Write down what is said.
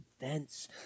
events